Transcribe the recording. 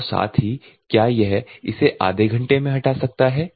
और साथ ही क्या यह इसे आधे घंटे में हटा सकता है